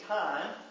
time